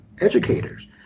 educators